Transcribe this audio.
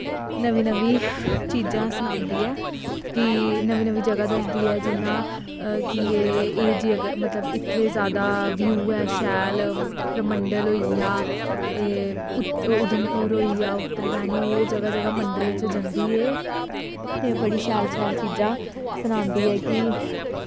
नमीं नमीं चीज़ां सनांदी ऐ कि नमीं नमीं जगा दसदी ऐ जियां की ए मतलव जित्थें जादा ब्यू ऐ शैल परमंडल होईया एह् उधमपुर होईया उत्तरवैनी हेई जगा जडगा मन्दरें च जंदी ऐ ते बड़ी शैल शैल चीजां सनांदी ऐ कि